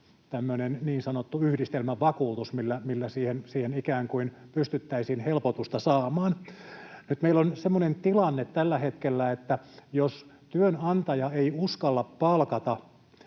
tämmöinen niin sanottu yhdistelmävakuutus, millä siihen ikään kuin pystyttäisiin helpotusta saamaan. Nyt meillä on semmoinen tilanne tällä hetkellä, että jos työnantaja ei uskalla palkata